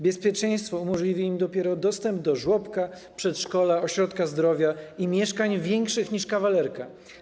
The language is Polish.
Bezpieczeństwo umożliwi im dopiero dostęp do żłobka, przedszkola, ośrodka zdrowia i mieszkań większych niż kawalerka.